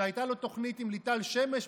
שהייתה לו תוכנית עם ליטל שמש,